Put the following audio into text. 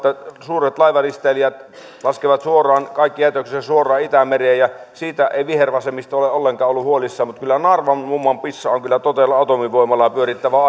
suuret laivaristeilijät laskevat kaikki jätöksensä suoraan itämereen ja siitä ei vihervasemmisto ole ollenkaan ollut huolissaan mutta naarvan mummon pissa on kyllä todella atomivoimalaa pyörittävää